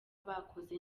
bakoze